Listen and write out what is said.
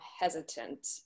hesitant